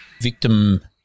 Victim